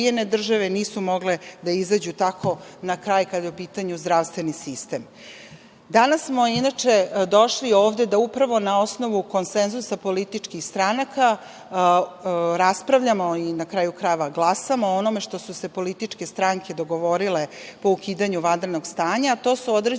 nisu mogle da izađu tako na kraj kada je u pitanju zdravstveni sistem. Danas smo inače došli ovde da upravo na osnovu konsenzusa političkih stranaka raspravljamo i na kraju krajeva glasamo o onome što su se političke stranke dogovorile po ukidanju vanrednog stanja, a to su određene